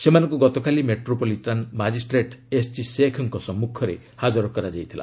ସେମାନଙ୍କୁ ଗତକାଲି metropolitan magistrate SG ଶେଖ୍ଙ୍କ ସମ୍ମୁଖରେ ହାଜର କରାଯାଇଥିଲା